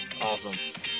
awesome